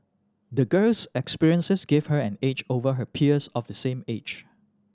the girl's experiences gave her an edge over her peers of the same age